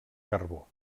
carbó